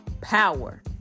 power